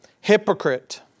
hypocrite